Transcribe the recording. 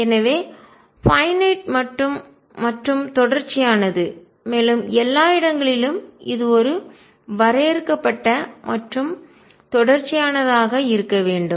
எனவே பைன்நட் வரையறுக்கப்பட்டது மற்றும் தொடர்ச்சியானது மேலும் எல்லா இடங்களிலும் இது ஒரு வரையறுக்கப்பட்ட மற்றும் தொடர்ச்சியானதாக இருக்க வேண்டும்